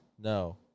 No